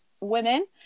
women